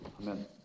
Amen